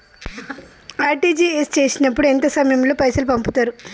RTGS చేసినప్పుడు ఎంత సమయం లో పైసలు పంపుతరు?